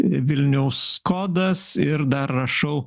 vilniaus kodas ir dar rašau